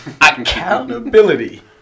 Accountability